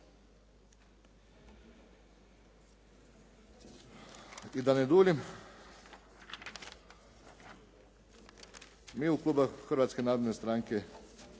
I da ne duljim, mi u klubu Hrvatske narodne stranke